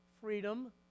freedom